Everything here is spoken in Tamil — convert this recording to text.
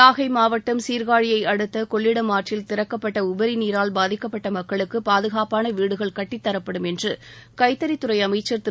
நாகை மாவட்டம் சீர்காழியை அடுத்த கொள்ளிடம் ஆற்றில் திறக்கப்பட்ட உபரி நீரால் பாதிக்கப்பட்ட மக்களுக்கு பாதுகாப்பான வீடுகள் கட்டித் தரப்படும் என்று கைத்தறித் துறை அமைச்சர் திரு